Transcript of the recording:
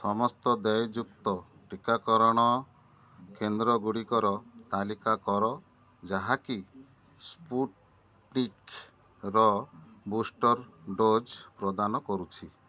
ସମସ୍ତ ଦେୟଯୁକ୍ତ ଟିକାକରଣ କେନ୍ଦ୍ର ଗୁଡ଼ିକର ତାଲିକା କର ଯାହାକି ସ୍ପୁଟନିକ୍ର ବୁଷ୍ଟର୍ ଡୋଜ୍ ପ୍ରଦାନ କରୁଛି